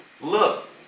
Look